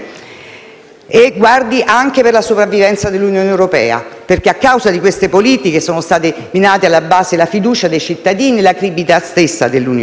e anche per la sopravvivenza dell'Unione europea, perché, a causa di queste politiche sono state minate alla base la fiducia dei cittadini e la credibilità stessa dell'Unione